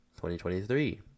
2023